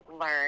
learn